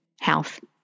health